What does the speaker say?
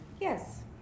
yes